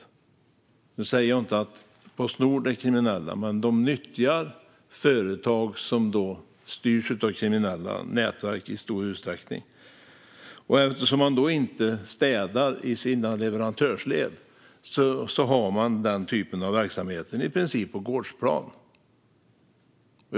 Jag säger inte att Postnord är kriminellt, men man nyttjar företag som i stor utsträckning styrs av kriminella nätverk. Eftersom man inte städar i sina leverantörsled förekommer den typen av verksamhet i princip på gårdsplanen.